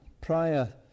Prior